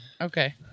Okay